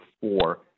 four